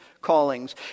callings